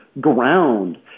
ground